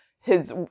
his-